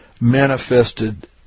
manifested